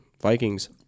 Vikings